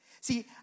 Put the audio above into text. See